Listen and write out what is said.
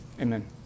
Amen